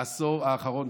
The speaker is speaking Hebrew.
בעשור האחרון,